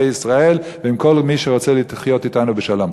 ישראל ועם כל מי שרוצה לחיות אתנו בשלום.